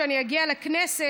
כשאני אגיע לכנסת,